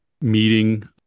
meeting